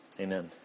Amen